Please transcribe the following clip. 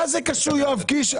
מה קשור יואב קיש?